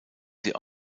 sie